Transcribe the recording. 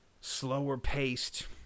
slower-paced